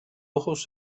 ojos